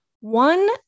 One